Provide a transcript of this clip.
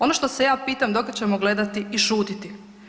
Ono što se ja pitam, do kad ćemo gledati i šutiti.